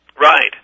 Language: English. Right